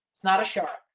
it's not shark,